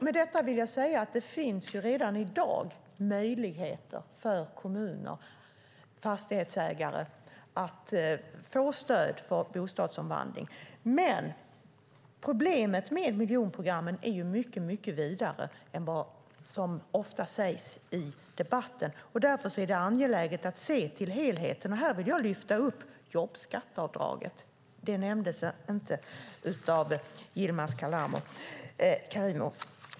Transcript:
Med detta vill jag säga att det redan i dag finns möjligheter för kommuner och fastighetsägare att få stöd för bostadsomvandling. Problemet med miljonprogrammen är dock mycket vidare än vad som ofta sägs i debatten. Därför är det angeläget att se till helheten, och här vill jag lyfta upp jobbskatteavdraget. Det nämndes inte av Yilmaz Kerimo.